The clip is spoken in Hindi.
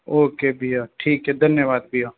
ओके भैया ठीक है धन्यवाद भैया